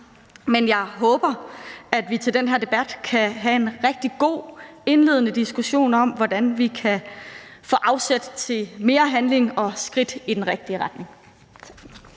men jeg håber, at vi til den her debat kan have en rigtig god indledende diskussion om, hvordan vi kan få afsæt til mere handling og tage skridt i den rigtige retning.